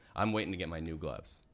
i'm waiting to get my new gloves,